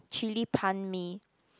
Chili Pan-Mee